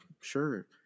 sure